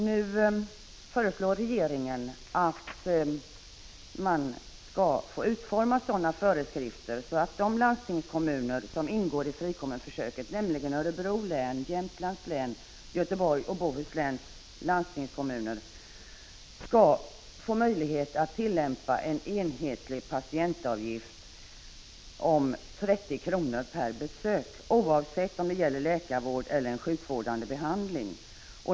Nu föreslår regeringen att man skall få utforma sådana föreskrifter att de landstingskommuner som ingår i frikommunförsöket, nämligen Örebro läns, Jämtlands läns samt Göteborgs och Bohus läns landstingskommuner, skall få möjlighet att tillämpa en enhetlig patientavgift om 30 kr. per besök, oavsett om det gäller läkarvård eller en sjukvårdande behandling.